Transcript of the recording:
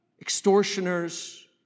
extortioners